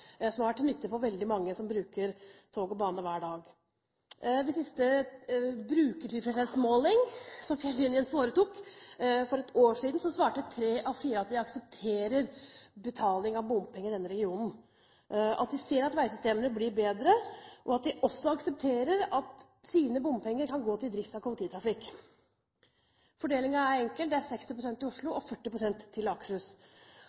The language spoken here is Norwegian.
som har vært til nytte for veldig mange som bruker tog og bane hver dag. I den siste brukertilfredshetsmålingen som Fjellinjen foretok for ett år siden, svarte tre av fire at de aksepterer betaling av bompenger i denne regionen, at de ser at veisystemene blir bedre, og at de også aksepterer at deres bompenger kan gå til drift av kollektivtrafikken. Fordelingen er enkel: 60 pst. til Oslo og 40 pst. til Akershus. Bakgrunnen for Oslopakke 3 var i